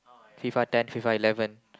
FIFA ten FIFA eleven